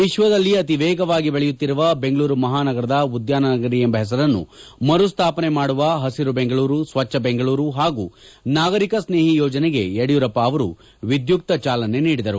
ವಿಶ್ವದಲ್ಲಿ ಅತಿವೇಗವಾಗಿ ಬೆಳೆಯುತ್ತಿರುವ ಬೆಂಗಳೂರು ಮಹಾನಗರದ ಉದ್ದಾನ ನಗರಿ ಎಂಬ ಹೆಸರನ್ನು ಮರು ಸ್ಲಾಪನೆ ಮಾಡುವ ಪಸಿರು ಬೆಂಗಳೂರು ಸ್ವಜ್ಞ ಬೆಂಗಳೂರು ಪಾಗೂ ನಾಗರಿಕ ಸ್ನೇಹಿ ಯೋಜನೆಗೆ ಯಡಿಯೂರಪ್ಪ ಅವರು ವಿಧ್ಯುತ್ತ ಚಾಲನೆ ನೀಡಿದರು